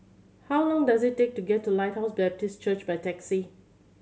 how long does it take to get to Lighthouse Baptist Church by taxi